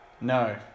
no